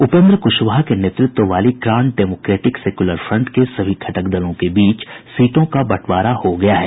उपेन्द्र कुशवाहा के नेतृत्व वाली ग्रांड डेमोक्रेटिक सेक्यूलर फ्रंट के सभी घटक दलों के बीच सीटों का बंटवारा हो गया है